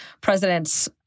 president's